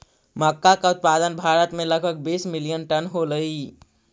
मक्का का उत्पादन भारत में लगभग बीस मिलियन टन होलई